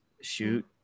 shoot